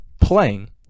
Playing